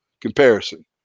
comparison